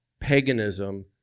paganism